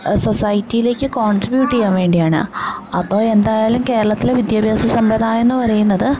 സൊസൈറ്റിയിലേക്ക് concentrate ചെയ്യാൻ വേണ്ടിയാണ് അപ്പോൾ എന്തായാലും കേരളത്തിലെ വിദ്യാഭ്യാസ സമ്പ്രദായം എന്ന് പറയുന്നത്